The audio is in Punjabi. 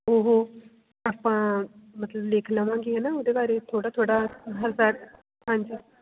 ਉਹ ਆਪਾਂ ਮਤਲਬ ਲਿਖ ਲਵਾਂਗੇ ਹੈ ਨਾ ਉਹਦੇ ਬਾਰੇ ਥੋੜ੍ਹਾ ਥੋੜ੍ਹਾ ਹਾਲੇ ਤਕ ਹਾਂਜੀ